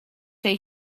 day